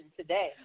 today